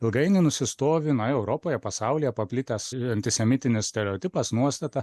ilgainiui nusistovi na europoje pasaulyje paplitęs antisemitinis stereotipas nuostata